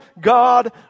God